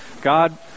God